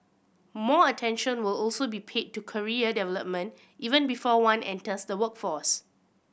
more attention will also be paid to career development even before one enters the workforce